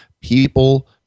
people